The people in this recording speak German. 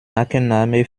markenname